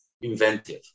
inventive